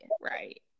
right